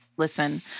Listen